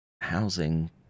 housing